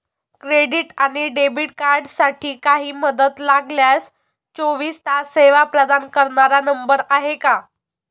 Credit आणि debit कार्डसाठी काही मदत लागल्यास चोवीस तास सेवा प्रदान करणारा नंबर आहे का?